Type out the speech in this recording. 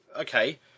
Okay